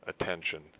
attention